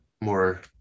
more